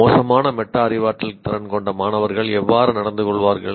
மோசமான மெட்டா அறிவாற்றல் திறன் கொண்ட மாணவர்கள் எவ்வாறு நடந்துகொள்வார்கள்